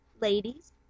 Ladies